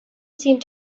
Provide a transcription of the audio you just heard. seemed